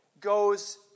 goes